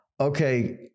okay